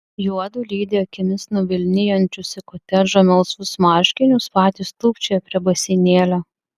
juodu lydi akimis nuvilnijančius į kotedžą melsvus marškinius patys tūpčioja prie baseinėlio